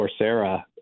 Coursera